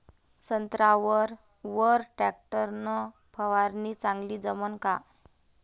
संत्र्यावर वर टॅक्टर न फवारनी चांगली जमन का?